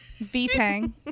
V-Tang